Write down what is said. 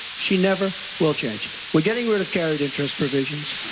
she never will change. we are getting rid of carried interest provisions.